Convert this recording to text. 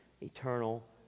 eternal